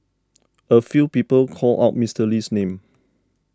a few people called out Mister Lee's name